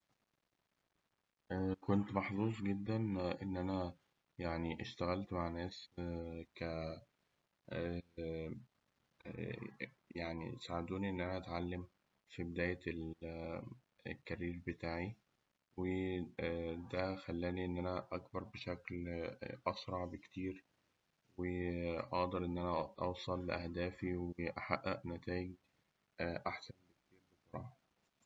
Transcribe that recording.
كنت محظوظ جداً إن أنا اشتغلت مع ناس ك يعني ساعدوني إن أنا أتعلم في بداية ال- الكارير بتاعي، وده خلاني إن أنا أكبر بشكل أسرع بكتير، وأقدر إن أنا أوصل لأهدافي وأحقق نتايج أح-.